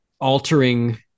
altering